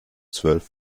zwölf